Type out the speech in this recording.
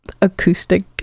acoustic